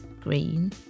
green